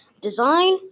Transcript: design